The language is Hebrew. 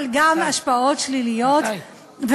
אבל גם השפעות שליליות.